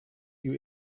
you